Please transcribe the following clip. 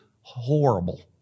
horrible